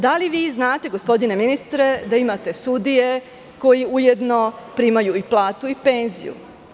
Da li vi znate gospodine ministre da imate sudije koji ujedno primaju i platu i penziju?